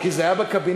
כי זה היה בקבינט,